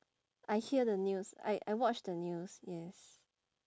I hear the news I I watch the news yes